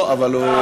יש, לא, אבל הוא,